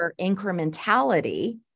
incrementality